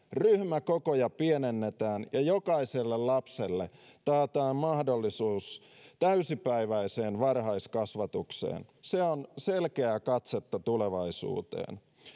ryhmäkokoja pienennetään ja jokaiselle lapselle taataan mahdollisuus täysipäiväiseen varhaiskasvatukseen se on selkeää katsetta tulevaisuuteen